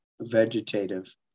vegetative